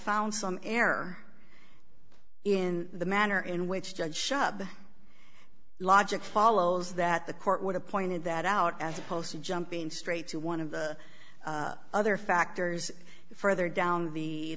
found some error in the manner in which judge shub logic follows that the court would have pointed that out as opposed to jumping straight to one of the other factors further down the